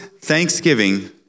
thanksgiving